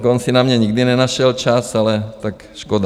On si na mě nikdy nenašel čas, ale tak škoda.